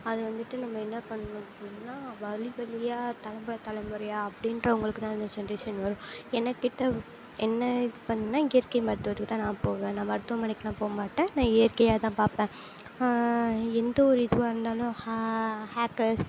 அதுவந்துட்டு நம்ம என்ன பண்ணணும் அப்படினா வழிவழியாக தலைமுறை தலைமுறையாக அப்படின்றவங்களுக்குதான் இந்த ஜென்ரேஷன் வரும் என்னை கேட்டால் என்னை இது பண்ணிணா இயற்கை மருத்துவத்துக்குதான் நான் போவேன் நான் மருத்துவமனைக்கெலாம் போகமாட்டேன் நான் இயற்கையாகதான் பார்ப்பேன் எந்த ஒரு இதுவாக இருந்தாலும் ஹா ஹேக்கர்ஸ்